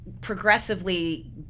progressively